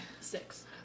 Six